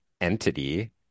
entity